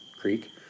creek